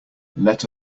let